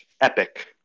epic